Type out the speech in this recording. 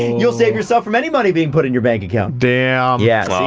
you'll save yourself from any money being put in your bank account. damn yeah,